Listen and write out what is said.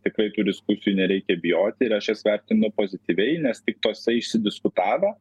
tikrai tų diskusijų nereikia bijoti ir aš jas vertinu pozityviai nes tik tose išsidiskutavę